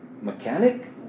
mechanic